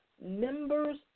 members